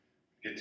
get